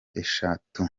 eshatu